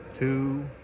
two